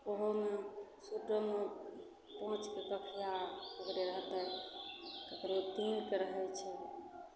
उहोमे सूटोमे पाँच गो कपड़ा ककरो रहतय ककरो तीनके रहय छै